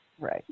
Right